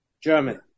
German